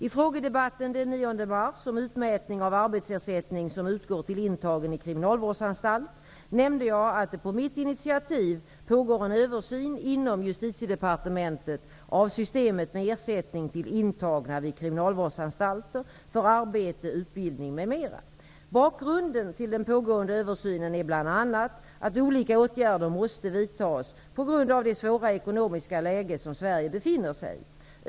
I frågedebatten den 9 mars om utmätning av arbetsersättning som utgår till intagen i kriminalvårdsanstalt nämnde jag att det på mitt initiativ pågår en översyn inom Justitiedepartementet av systemet med ersättning till intagna vid kriminalvårdsanstalter för arbete, utbildning, m.m. Bakgrunden till den pågående översynen är bl.a. att olika åtgärder måste vidtas på grund av det svåra ekonomiska läge som Sverige befinner sig i.